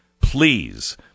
Please